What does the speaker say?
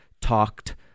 talked